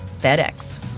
FedEx